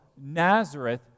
Nazareth